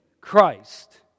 Christ